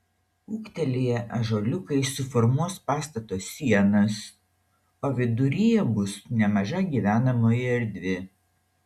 ūgtelėję ąžuoliukai suformuos pastato sienas o viduryje bus nemaža gyvenamoji erdvė